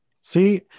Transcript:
see